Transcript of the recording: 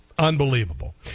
Unbelievable